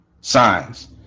signs